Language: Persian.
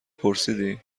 پرسیدی